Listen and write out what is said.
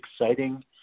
exciting